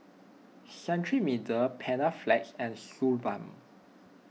Cetrimide Panaflex and Suu Balm